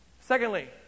Secondly